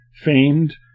famed